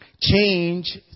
Change